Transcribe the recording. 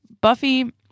Buffy